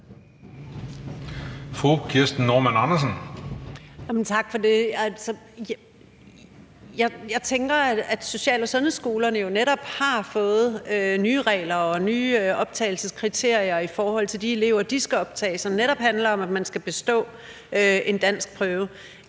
Jeg tænker, at social- og sundhedsskolerne jo netop har fået nye regler og nye optagelseskriterier i forhold til de elever, de skal optage, som netop handler om, at man skal bestå en danskprøve.